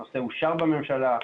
הנושא אושר בממשלה,